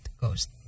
Ghost